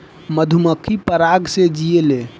मधुमक्खी पराग से जियेले